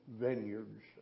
vineyards